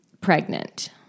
pregnant